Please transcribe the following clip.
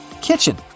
kitchen